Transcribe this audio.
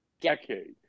decade